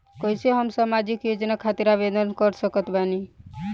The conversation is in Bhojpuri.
कैसे हम सामाजिक योजना खातिर आवेदन कर सकत बानी?